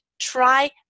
try